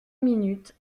minutes